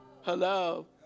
hello